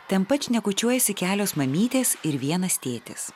ten pat šnekučiuojasi kelios mamytės ir vienas tėtis